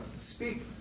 Speak